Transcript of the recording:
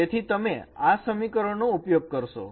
તેથી તમે આ સમીકરણ નો ઉપયોગ કરશો